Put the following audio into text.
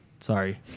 sorry